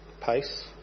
Pace